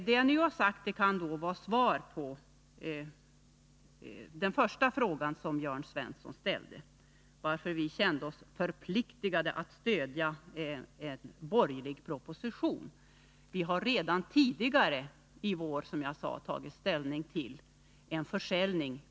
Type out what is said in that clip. Det jag nu har sagt kan vara svar på den första frågan som Jörn Svensson ställde, varför vi kände oss förpliktade att stödja en borgerlig proposition. Vi har, som jag sade, redan tidigare — i våras — principiellt tagit ställning till en försäljning.